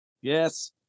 Yes